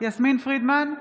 יסמין פרידמן,